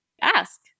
ask